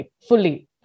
Fully